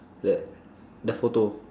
the the photo